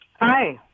hi